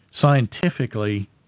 scientifically